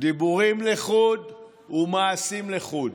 דיבורים לחוד ומעשים לחוד.